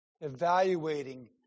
evaluating